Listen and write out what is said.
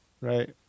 right